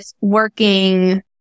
working